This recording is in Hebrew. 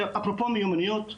אפרופו מיומנויות,